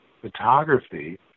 photography